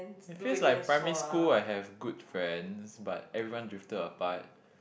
it feels like primary school I have good friends but everyone drifted apart